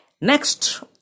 next